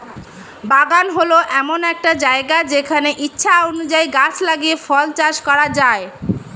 বাগান হল এমন একটা জায়গা যেখানে ইচ্ছা অনুযায়ী গাছ লাগিয়ে ফল চাষ করা যায়